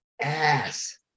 ass